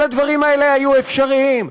כל הדברים האלה היו אפשריים.